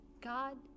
God